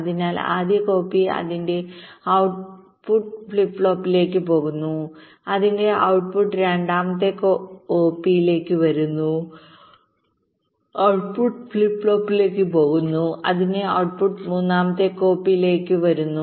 അതിനാൽ ആദ്യ കോപ്പി അതിന്റെ ഔട്ട്പുട്ട് ഫ്ലിപ്പ് ഫ്ലോപ്പിലേക്ക് പോകുന്നു അതിന്റെ ഔട്ട്പുട്ട് രണ്ടാമത്തെ കോപ്പിലേക്ക് വരുന്നു ഔട്ട്പുട്ട് ഫ്ലിപ്പ് ഫ്ലോപ്പിലേക്ക് പോകുന്നു അതിന്റെ ഔട്ട്പുട് മൂന്നാമത്തെ കോപ്പിലേക്ക് വരുന്നു